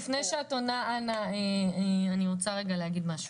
לפני שאת עונה אני רוצה להגיד דבר מה.